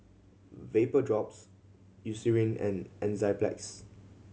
Vapodrops Eucerin and Enzyplex